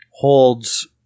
holds